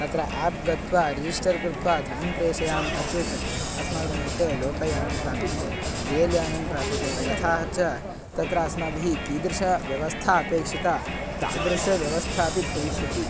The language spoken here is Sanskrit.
तत्र एप् गत्वा रिजिस्टर् कृत्वा धनं प्रेषयामः चेत् अस्माकं कृते लोकयानं प्राप्यते रेल्यानं प्राप्यते तथा च तत्र अस्माभिः कीदृशी व्यवस्था अपेक्षिता तादृशी व्यवस्था अपि भविष्यति